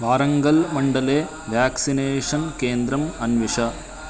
वारङ्गल्मण्डले vaccination केन्द्रम् अन्विष